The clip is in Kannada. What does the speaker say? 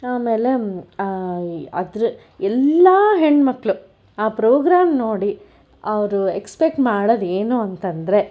ಆಮೇಲೆ ಅದ್ರ ಎಲ್ಲ ಹೆಣ್ಮಕ್ಕಳು ಆ ಪ್ರೋಗ್ರಾಂ ನೋಡಿ ಅವರು ಎಕ್ಸ್ಪೆಕ್ಟ್ ಮಾಡೋದೇನು ಅಂತಂದರೆ